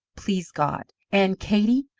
please god! and, katey,